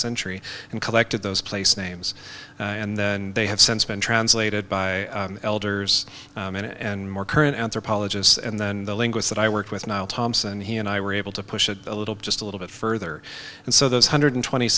century and collected those place names and then they have since been translated by elders and more current anthropologists and then the linguists that i worked with now thompson he and i were able to push it a little just a little bit further and so those hundred twenty